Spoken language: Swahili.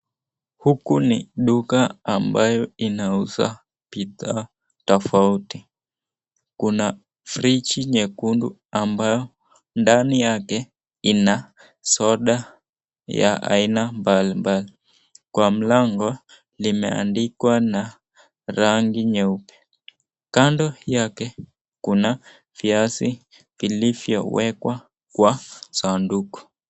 Huku ni duka ambayo inauza bidhaa tofauti. Kuna friji nyekundu ambayo ndani yake ina soda ya aina mbalimbali. Kwa mlango limeandikwa na rangi nyeupe. Kando yake kuna viazi vilivyowekwa kwa sanduku.